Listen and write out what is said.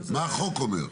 מה החוק אומר?